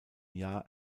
jahr